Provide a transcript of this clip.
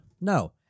No